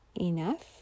enough